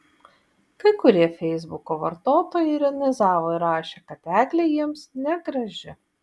kai kurie feisbuko vartotojai ironizavo ir rašė kad eglė jiems negraži